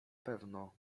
pewno